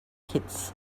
kids